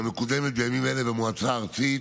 המקודמת בימים אלה במועצה הארצית,